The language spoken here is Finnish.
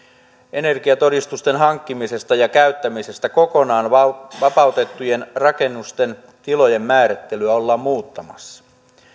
energiatodistusten hankkimisesta ja käyttämisestä kokonaan vapautettujen rakennusten tilojen määrittelyä ollaan muuttamassa